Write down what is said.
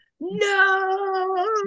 no